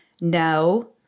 no